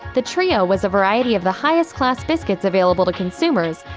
the trio was a variety of the highest-class biscuits available to consumers,